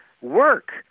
work